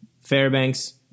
Fairbanks